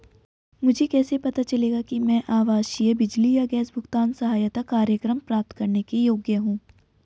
मुझे कैसे पता चलेगा कि मैं आवासीय बिजली या गैस भुगतान सहायता कार्यक्रम प्राप्त करने के योग्य हूँ?